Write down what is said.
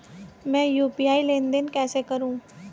मैं यू.पी.आई लेनदेन कैसे करूँ?